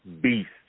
beast